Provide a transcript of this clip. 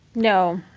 no,